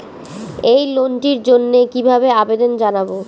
এই লোনটির জন্য কিভাবে আবেদন জানাবো?